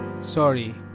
sorry